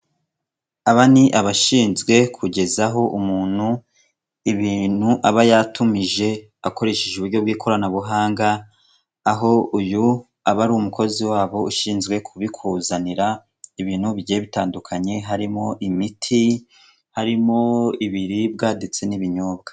Aba ni abashinzwe kugezaho umuntu ibintu aba yatumije akoresheje uburyo bw'ikoranabuhanga, aho uyu aba ari umukozi wabo ushinzwe kubikuzanira, ibintu bye bitandukanye, harimo imiti, harimo ibiribwa ndetse n'ibinyobwa.